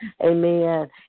Amen